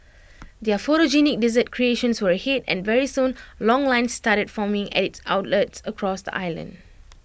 their photogenic dessert creations were A hit and very soon long lines started forming at its outlets across the island